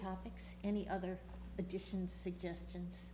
topics any other additions suggestions